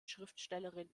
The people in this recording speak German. schriftstellerin